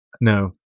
no